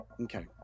Okay